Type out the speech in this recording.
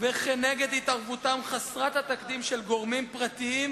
ונגד התערבותם חסרת התקדים של גורמים פרטיים